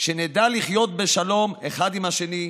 שנדע לחיות בשלום אחד עם השני,